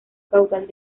caudal